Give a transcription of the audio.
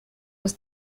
was